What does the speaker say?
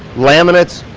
laminates,